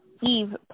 Eve